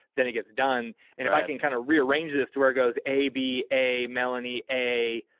then it gets done, and if i can kind of rearrange this to where it goes a, b, a, melanie, a,